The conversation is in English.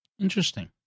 Interesting